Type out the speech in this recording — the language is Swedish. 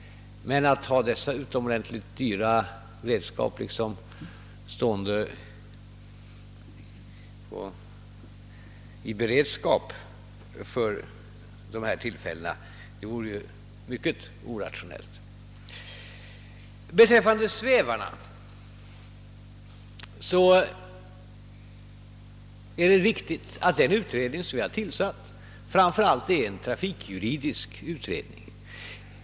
Men att ha dessa utomordentligt dyra redskap stående enbart i beredskap för sådana tillfällen vore mycket orationellt. Beträffande svävarna är det riktigt att den utredning som vi har tillsatt framför allt är en trafikjuridisk utredning.